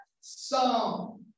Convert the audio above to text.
song